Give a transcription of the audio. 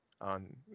on